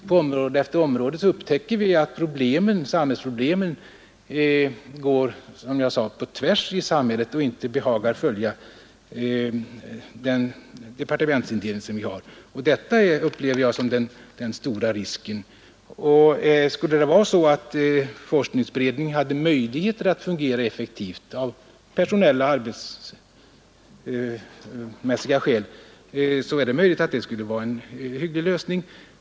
På område efter område upptäcker man att problemen går tvärs genom samhället och att de inte behagar följa den departementsindelning som vi har. Det upplever jag som den stora risken. Om forskningsberedningen av personella och arbetsmässiga skäl hade möjligheter att fungera effektivt, är det möjligt att den skulle vara en hygglig lösning.